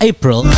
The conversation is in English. April